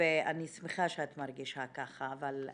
ואני שמחה שאת מרגישה ככה אבל קודם,